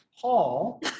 Paul